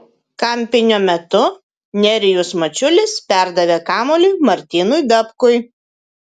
kampinio metu nerijus mačiulis perdavė kamuolį martynui dapkui